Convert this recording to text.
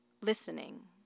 listening